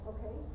Okay